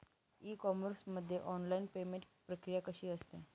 E commerce मध्ये online payment प्रक्रिया कशी असते?